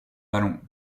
wallon